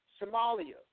Somalia